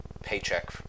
paycheck